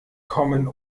kommen